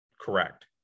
correct